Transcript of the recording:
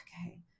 okay